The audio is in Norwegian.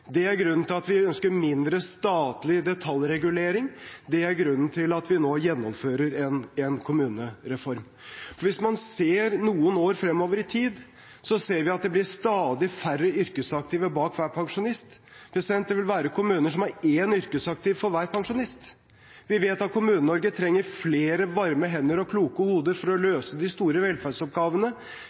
Det er grunnen til at vi ønsker mindre statlig detaljregulering. Det er grunnen til at vi nå gjennomfører en kommunereform. Hvis vi ser noen år fremover i tid, ser vi at det blir stadig færre yrkesaktive bak hver pensjonist. Det vil være kommuner som har én yrkesaktiv for hver pensjonist. Vi vet at Kommune-Norge trenger flere varme hender og kloke hoder for å løse de store velferdsoppgavene.